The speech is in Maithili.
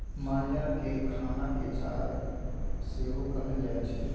मालजाल केर खाना केँ चारा सेहो कहल जाइ छै